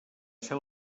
ser